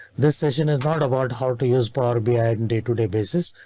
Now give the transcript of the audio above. this session is not about how to use power bi and day-to-day basis,